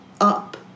up